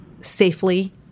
safely